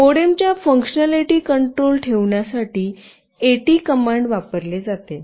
मोडेमच्या functionality control ठेवण्यासाठी AT command वापरले जातात